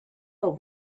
about